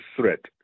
threat